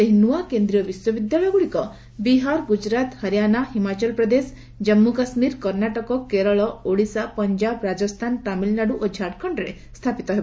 ସେହି ନୃଆ କେନ୍ଦ୍ରୀୟ ବିଶ୍ୱବିଦ୍ୟାଳୟଗୁଡ଼ିକ ବିହାର ଗୁକରାତ ହରିଆନା ହିମାଚଳପ୍ରଦେଶ ଜାଞ୍ଜୁ କାଶ୍କୀର କର୍ଣ୍ଣାଟକ କେରଳ ଓଡିଶା ପଞ୍ଜାବ ରାଜସ୍ଥାନ ତାମିଲନାଡୁ ଓ ଝାଡଖଣ୍ଡରେ ସ୍ଥାପିତ ହେବ